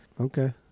Okay